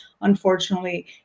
unfortunately